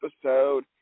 episode